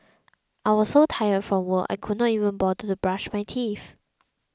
I was so tired from work I could not even bother to brush my teeth